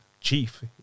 Chief